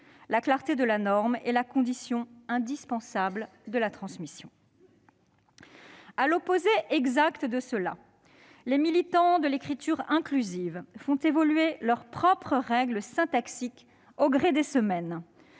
La clarté de la norme est la condition indispensable de la transmission. À l'opposé exact de cela, les militants de l'écriture inclusive font évoluer leurs propres règles syntaxiques au gré des semaines.